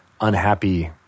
unhappy